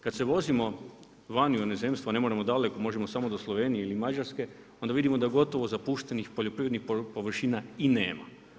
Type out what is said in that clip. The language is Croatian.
Kada se vozimo vani u inozemstvo a ne moramo daleko, možemo samo do Slovenije ili Mađarske, onda vidimo da gotovo zapuštenih poljoprivrednih površina i nema.